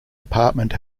apartment